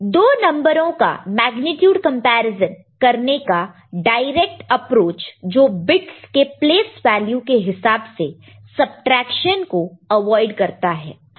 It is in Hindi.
दो नंबरों का मेग्नीट्यूड कंपैरिजन करने का डायरेक्ट अप्रोच जो बिट्स के प्लेस वैल्यू के हिसाब से सबट्रैक्शन को अवॉइड करता है